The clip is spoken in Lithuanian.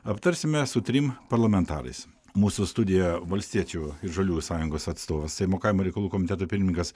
aptarsime su trim parlamentarais mūsų studijoje valstiečių ir žaliųjų sąjungos atstovas seimo kaimo reikalų komiteto pirmininkas